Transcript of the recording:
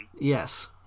Yes